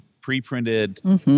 pre-printed